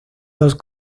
los